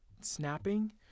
snapping